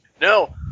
No